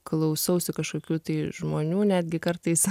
klausausi kažkokių tai žmonių netgi kartais